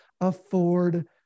afford